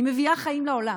אני מביאה חיים לעולם.